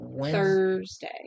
thursday